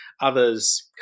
Others